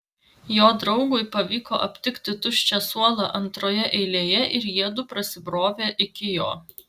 jo draugui pavyko aptikti tuščią suolą antroje eilėje ir jiedu prasibrovė iki jo